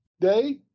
day